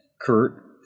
Kurt